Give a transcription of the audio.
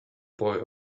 boy